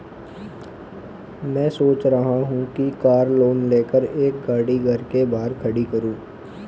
मैं सोच रहा हूँ कि कार लोन लेकर एक गाड़ी घर के बाहर खड़ी करूँ